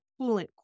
coolant